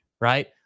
Right